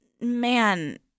man